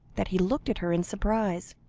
that he looked at her in surprise.